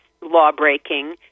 law-breaking